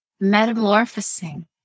metamorphosing